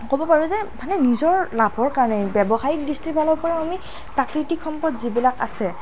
ক'ব পাৰোঁ যে মানে নিজৰ লাভৰ কাৰণে ব্যৱসায়িক দৃষ্টিৰ ফালৰ পৰা আমি প্ৰাকৃতিক সম্পদ যিবিলাক আছে